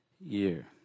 year